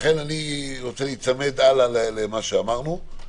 לכן אני רוצה להיצמד הלאה למה שאמרנו.